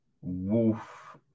Wolf